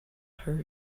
her